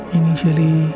initially